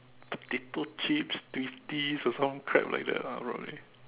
potato chips twisties or some crap like that lah probably